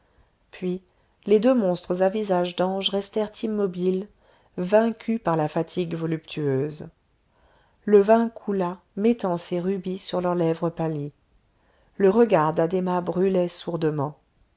puis les deux monstres à visage d'anges restèrent immobiles vaincus par la fatigue voluptueuse le vin coula mettant ses rubis sur leurs lèvres pâlies le regard d'addhéma brûlait